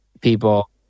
people